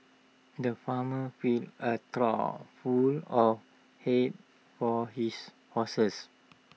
the farmer filled A trough full of hay for his horses